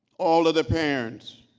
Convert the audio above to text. all of the parents